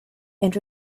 and